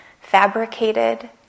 fabricated